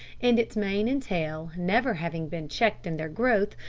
and its mane and tail, never having been checked in their growth,